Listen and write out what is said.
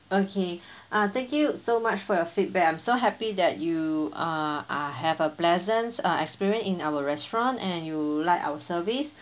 okay uh thank you so much for your feedback I'm so happy that you uh have a pleasant uh experience in our restaurant and you like our service